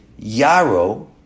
Yaro